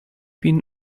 been